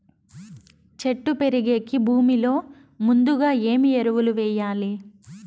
చెట్టు పెరిగేకి భూమిలో ముందుగా ఏమి ఎరువులు వేయాలి?